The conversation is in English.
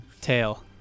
Tail